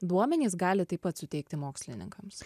duomenys gali taip pat suteikti mokslininkams